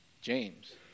James